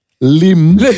Lim